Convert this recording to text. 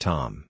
Tom